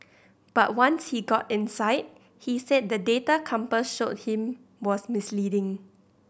but once he got inside he said the data compass showed him was misleading